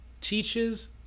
teaches